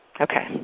Okay